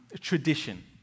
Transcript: tradition